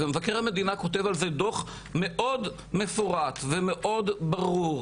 ומבקר המדינה כותב על זה דוח מאוד מפורט ומאוד ברור,